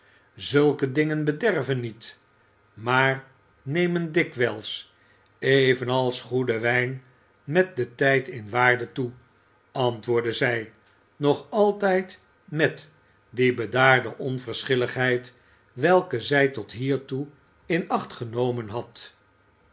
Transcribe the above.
zulke dingen bederven niet maar nemen dikwijls evenals goede wijn met den tijd in waarde toe antwoordde zij nog altijd met die bedaarde onverschilligheid welke zij tot hiertoe in acht genomen had